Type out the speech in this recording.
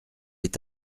est